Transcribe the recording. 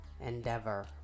endeavor